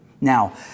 Now